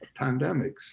pandemics